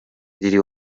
lil